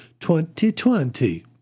2020